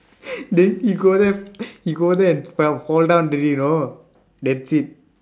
then he go there he go there and fell fall down already you know that's it